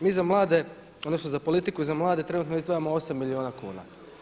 Mi za mlade, odnosno za politiku i za mlade trenutno izdvajamo 8 milijuna kuna.